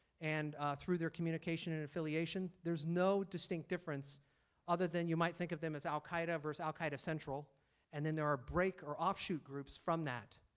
and through their communication and affiliation there's no distinct difference other than you might think of them as al qaeda versus al qaeda central and then there are break or offshoot groups from that.